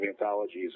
anthologies